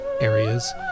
areas